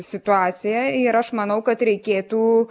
situacija ir aš manau kad reikėtų